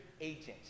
agents